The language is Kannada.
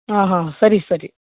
ಹಾಂ ಹಾಂ ಸರಿ ಸರಿ